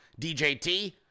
DJT